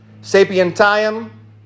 sapientiam